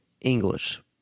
English